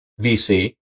VC